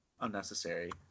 unnecessary